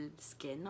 skin